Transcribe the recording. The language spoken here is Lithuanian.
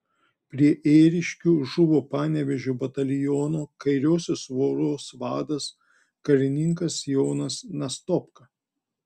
prie ėriškių žuvo panevėžio bataliono kairiosios voros vadas karininkas jonas nastopka